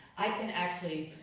i can actually,